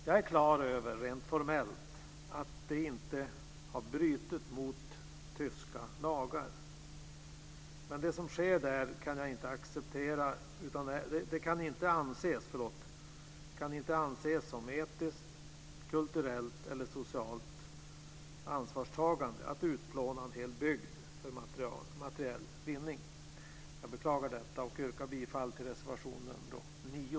Jag är klar över att man rent formellt inte har brutit mot tyska lagar. Men det kan inte anses som etiskt, kulturellt eller socialt ansvarstagande att utplåna en hel bygd för materiell vinning. Jag beklagar detta och yrkar bifall till reservation nr 9.